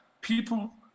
people